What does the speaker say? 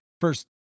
first